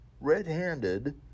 red-handed